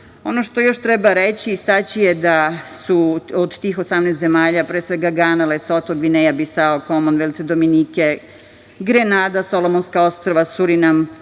što još treba reći i istaći je da su od tih 18 zemalja, pre svega Gana, Lesoto, Gvineja Bisao, Komonvelt Dominike, Grenada, Solomonska ostrva, Surinam,